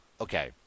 Okay